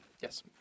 Yes